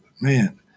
Man